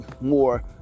more